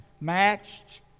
matched